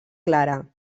clara